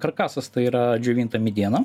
karkasas tai yra džiovinta mediena